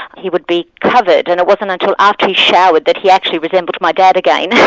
he would be covered, and it wasn't until after he showered that he actually resembled my dad again.